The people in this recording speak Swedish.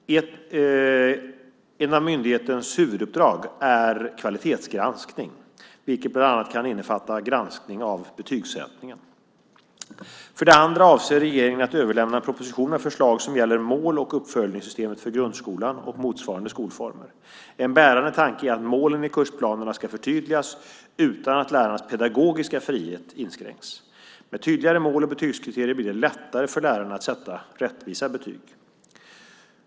Ett av myndighetens huvuduppdrag är kvalitetsgranskning, vilket bland annat kan innefatta granskning av betygssättningen. För det andra avser regeringen att överlämna en proposition med förslag som gäller mål och uppföljningssystemet för grundskolan och motsvarande skolformer. En bärande tanke är att målen i kursplanerna ska förtydligas utan att lärarnas pedagogiska frihet inskränks. Med tydligare mål och betygskriterier blir det lättare för lärarna att sätta rättvisa betyg.